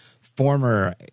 former